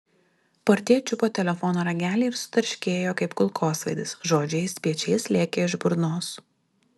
portjė čiupo telefono ragelį ir sutarškėjo kaip kulkosvaidis žodžiai spiečiais lėkė iš burnos